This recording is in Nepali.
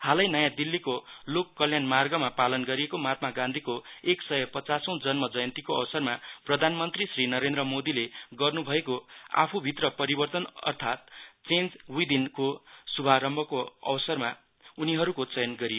हालै नयाँ दिल्लीको लोक कल्याण मार्गमा पाल गरिएको महात्मा गान्धीको एक सय पचासौं जन्म जयन्तीको अवसरमा प्रधान मन्त्री श्री नरेन्द्र मोदीले गर्नुभएको आफूभित्र परिवर्तन अर्थात चेन्ज हिवदिनको शुभारम्भको क्षणमा उनीहरूके चयन गरिएको हो